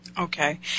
Okay